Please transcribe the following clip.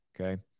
Okay